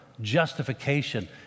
justification